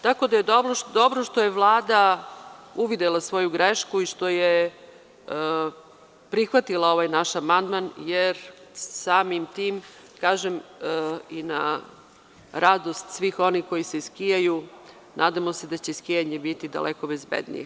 Tako da je dobro što je Vlada uvidela svoju grešku i što je prihvatila ovaj naš amandman, jer samim tim, i na radost svih onih koji se skijaju, nadamo se da će skijanje biti daleko bezbednije.